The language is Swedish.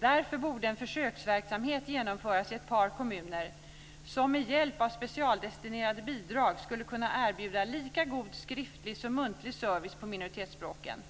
Därför borde en försöksverksamhet genomföras i ett par kommuner som med hjälp av specialdestinerade bidrag skulle kunna erbjuda lika god skriftlig som muntlig service på minoritetsspråken.